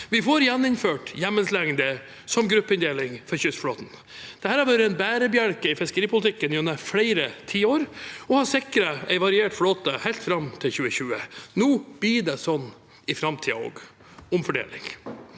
Vi får gjeninnført hjemmelslengde som gruppeinndeling for kystflåten. Dette har vært en bærebjelke i fiskeripolitikken gjennom flere tiår og har sikret en variert flåte, helt fram til 2020. Nå blir det sånn i framtiden også – omfordeling.